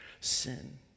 sin